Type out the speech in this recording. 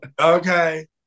okay